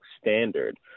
standard